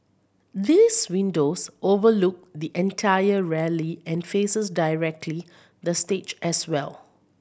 these windows overlook the entire rally and faces directly the stage as well